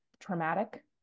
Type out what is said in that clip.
traumatic